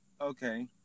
okay